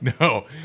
no